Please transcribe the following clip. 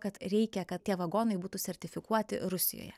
kad reikia kad tie vagonai būtų sertifikuoti rusijoje